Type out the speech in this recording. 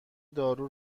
دارو